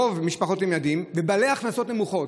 הרוב הם משפחות עם ילדים ובעלי הכנסות נמוכות,